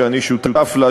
שאני שותף לה,